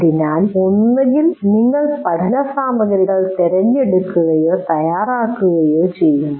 അതിനാൽ ഒന്നുകിൽ നിങ്ങൾ പഠനസാമഗ്രികൾ തിരഞ്ഞെടുക്കുകയോ തയ്യാറാക്കുകയോ ചെയ്യുന്നു